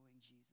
Jesus